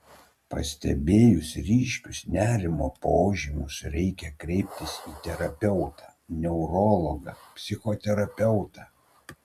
pastebėjus ryškius nerimo požymius reikia kreiptis į terapeutą neurologą psichoterapeutą